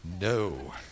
No